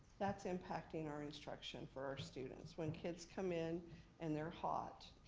that's impacting our instruction for our students. when kids come in and they're hot,